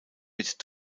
mit